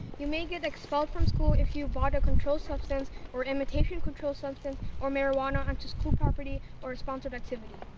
you may get expelled from school if you bought a controlled substance or imitation controlled substance or marijuana onto school property or a sponsored activity.